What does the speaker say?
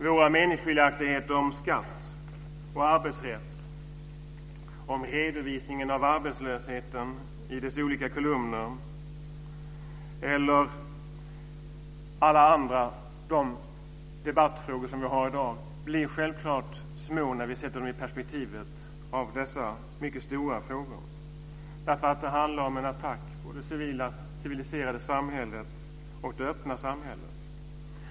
Våra meningsskiljaktigheter om skatt och arbetsrätt, om redovisningen av arbetslösheten i dess olika kolumner eller andra debattfrågor vi har i dag, blir självklart små när vi sätter dem i perspektivet av dessa stora frågor eftersom de handlar om en attack på det civiliserade och öppna samhället.